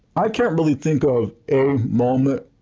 i can't really think of a moment.